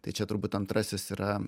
tai čia turbūt antrasis yra